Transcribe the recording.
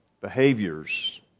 behaviors